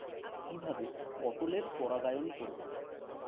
কিভাবে পটলের পরাগায়ন করব?